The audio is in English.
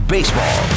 Baseball